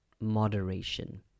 moderation